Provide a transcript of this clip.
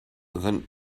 than